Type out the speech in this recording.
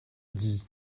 dis